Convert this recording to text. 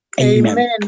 amen